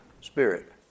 spirit